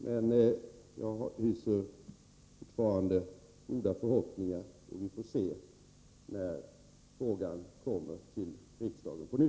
Jag hyser emellertid fortfarande goda förhoppningar, och vi får se om de infrias när frågan kommer till riksdagen på nytt.